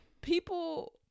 People